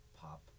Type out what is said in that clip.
pop